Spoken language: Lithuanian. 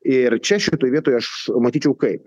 ir čia šitoj vietoj aš matyčiau kaip